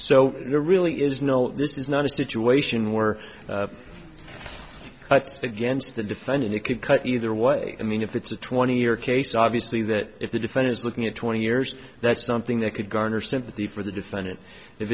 there really is no this is not a situation where against the defendant it could cut either way i mean if it's a twenty year case obviously that if the defendant is looking at twenty years that's something that could garner sympathy for the defendant if